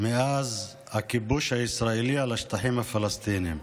מאז הכיבוש הישראלי על השטחים הפלסטיניים.